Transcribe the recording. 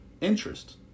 interest